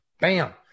bam